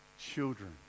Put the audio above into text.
children